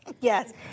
Yes